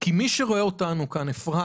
כי מי שרואה אותנו כאן, אפרת,